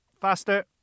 faster